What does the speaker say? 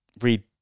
read